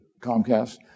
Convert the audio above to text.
Comcast